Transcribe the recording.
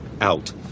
Out